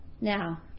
Now